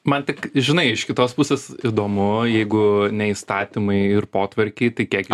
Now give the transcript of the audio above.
man tik žinai iš kitos pusės įdomu jeigu ne įstatymai ir potvarkiai tai kiek